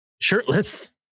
shirtless